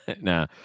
no